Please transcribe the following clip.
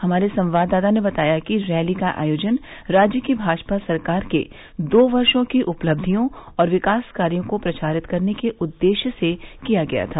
हमारे संवाददाता ने बताया कि रैली का आयोजन राज्य की भाजपा सरकार के दो वर्षों की उपलब्धियों और विकास कार्यों को प्रचारित करने के उद्देश्य से किया गया था